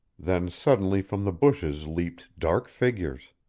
then suddenly from the bushes leaped dark figures.